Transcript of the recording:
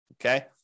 Okay